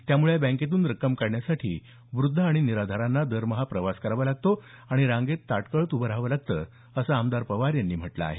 त्यामुळे या बँकेतून रक्कम काढण्यासाठी वृद्ध आणि निराधारांना दरमहा प्रवास करावा लागतो आणि रांगेत ताटकळत उभं राहावं लागतं असं आमदार पवार यांनी म्हटलं आहे